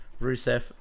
Rusev